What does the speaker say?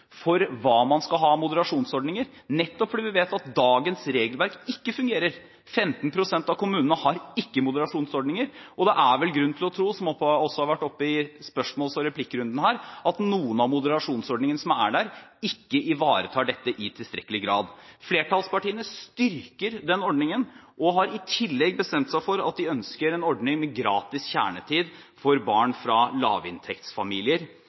for hva man skal ha av moderasjonsordninger, nettopp fordi vi vet at dagens regelverk ikke fungerer. 15 pst. av kommunene har ikke moderasjonsordninger, og det er vel grunn til å tro, som også har vært oppe i spørsmåls- og replikkrunden her, at noen av moderasjonsordningene som er der, ikke ivaretar dette i tilstrekkelig grad. Flertallspartiene styrker den ordningen og har i tillegg bestemt seg for at de ønsker en ordning med gratis kjernetid for barn fra lavinntektsfamilier.